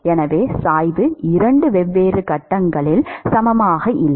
எனவே சாய்வு இரண்டு வெவ்வேறு கட்டங்களில் சமமாக இல்லை